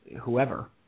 whoever